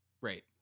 right